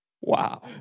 Wow